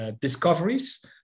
discoveries